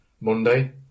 Monday